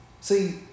See